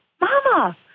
Mama